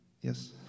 yes